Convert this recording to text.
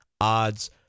odds